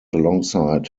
alongside